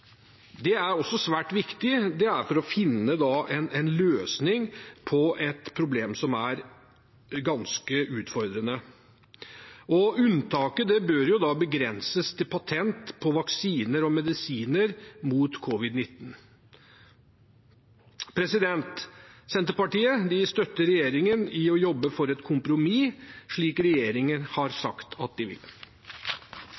Det er også svært viktig for å finne en løsning på et problem som er ganske utfordrende. Unntaket bør begrenses til patent på vaksiner og medisiner mot covid-19. Senterpartiet støtter regjeringen i å jobbe for et kompromiss, slik regjeringen har